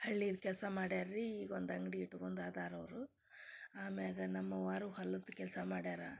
ಹಳ್ಳಿಲಿ ಕೆಲಸ ಮಾಡ್ಯಾರೆ ರೀ ಈಗ ಒಂದು ಅಂಗಡಿ ಇಟ್ಕೊಂಡ್ ಅದಾರ ಅವರು ಆಮ್ಯಾಲ ನಮ್ಮ ಅವ್ವಾವ್ರು ಹೊಲದ ಕೆಲಸ ಮಾಡ್ಯಾರೆ